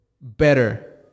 better